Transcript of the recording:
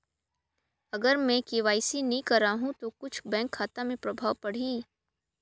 अगर मे के.वाई.सी नी कराहू तो कुछ बैंक खाता मे प्रभाव पढ़ी?